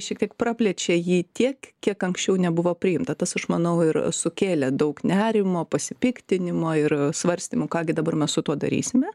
šiek tiek praplečia jį tiek kiek anksčiau nebuvo priimta tas aš manau ir sukėlė daug nerimo pasipiktinimo ir svarstymų ką gi dabar mes su tuo darysime